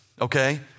okay